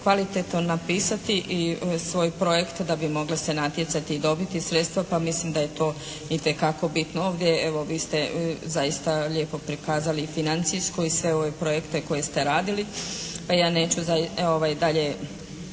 kvalitetno napisati i svoj projekt da bi se mogle se natjecati i dobiti sredstva pa mislim da je to itekako bitno. Ovdje evo vi ste zaista lijepo prikazali i financijsko i sve ove projekte koje ste radili, pa ja neću dalje